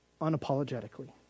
unapologetically